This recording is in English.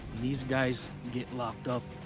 these guys get locked up,